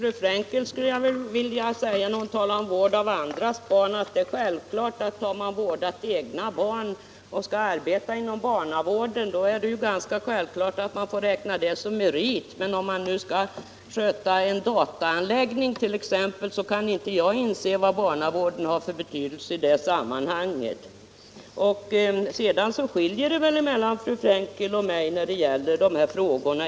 Herr talman! Till fru Frenkel. som talar om vård av andras barn, skulle jag vilja säga att om man har vårdat egna barn och skall arbeta inom barnavården är det ganska självklart att man får räkna det som en merit. Men om man t.ex. skall sköta en dataanläggning kan jag inte inse vad barnavård har för betydelse som merit i det sammanhanget. Fru Frenkels och min uppfattning om dessa frågor skiljer sig.